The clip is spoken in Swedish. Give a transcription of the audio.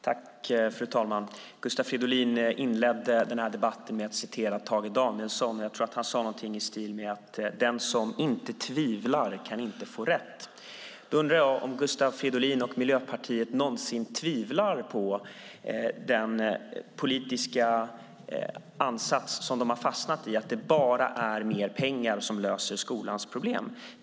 Fru talman! Gustav Fridolin inledde den här debatten med att citera Tage Danielsson. Jag tror att han sade någonting i stil med: Den som inte tvivlar kan inte få rätt. Jag undrar om Gustav Fridolin och Miljöpartiet någonsin tvivlar på den politiska ansats de har fastnat i: att det bara är mer pengar som löser skolans problem.